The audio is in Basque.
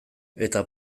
eta